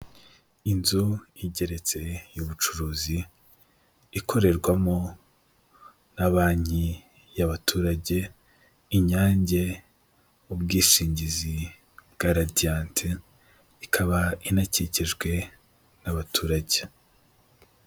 Inzu igeretse y'ubucuruzi ikorerwamo na banki y'abaturage, inyange ubwishingizi bwa radiyanti, ikaba inakikijwe n'abaturage.